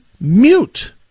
mute